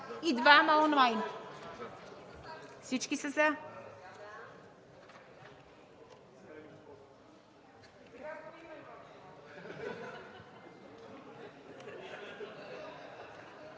и двама онлайн. Всички са за.